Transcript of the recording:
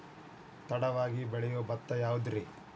ತಡವಾಗಿ ಬೆಳಿಯೊ ಭತ್ತ ಯಾವುದ್ರೇ?